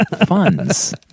funds